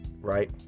Right